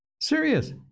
Serious